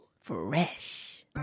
Fresh